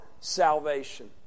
salvation